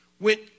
went